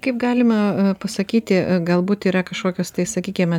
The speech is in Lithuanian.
kaip galima pasakyti galbūt yra kažkokios tai sakykime